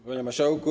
Panie Marszałku!